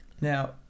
now